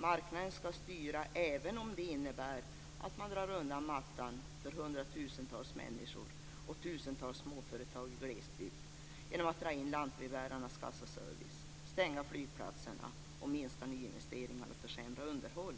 Marknaden ska styra även om det innebär att man drar undan mattan för hundratusentals människor och tusentals småföretag i glesbygd genom att dra in lantbrevbärarnas kassaservice, stänga flygplatserna, minska nyinvesteringar och försämra underhåll.